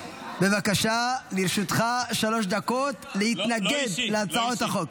בבקשה, לרשותך שלוש דקות להתנגד להצעות החוק.